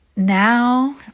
now